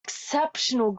exceptional